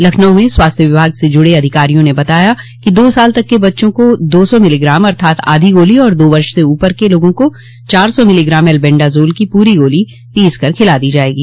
लखनऊ में स्वास्थ्य विभाग से जूड़े अधिकारियों ने बताया कि दो साल तक के बच्चों को दो सौ मिलीग्राम अर्थात आधी गोली और दो वर्ष से ऊपर के लोगों को चार सौ मिलीग्राम एल्बेंडाजोल की पूरी गोली पीस कर खिलाई जायेगी